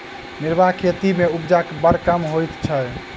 निर्वाह खेती मे उपजा बड़ कम होइत छै